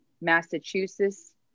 Massachusetts